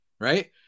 Right